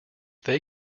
they